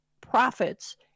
profits